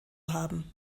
haben